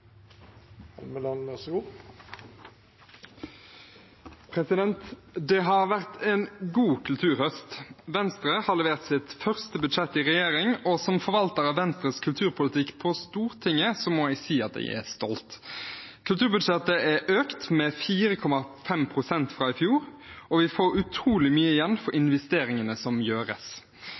frie midlene. Så det er helt i tråd med SVs politikk. Replikkordskiftet er omme. Det har vært en god kulturhøst. Venstre har levert sitt første budsjett i regjering, og som forvalter av Venstres kulturpolitikk på Stortinget må jeg si at jeg er stolt. Kulturbudsjettet er økt med 4,5 pst. fra i fjor, og vi får utrolig mye igjen for investeringene som